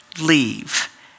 leave